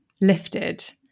lifted